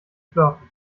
flirten